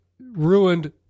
ruined